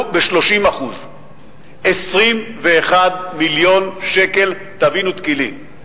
ב-30% 21 מיליון שקל טבין ותקילין.